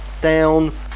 down